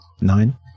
nine